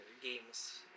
games